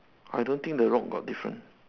I don't think the rock got different